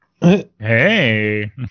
Hey